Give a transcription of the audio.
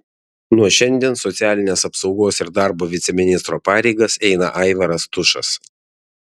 nuo šiandien socialinės apsaugos ir darbo viceministro pareigas eina aivaras tušas